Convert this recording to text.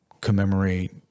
commemorate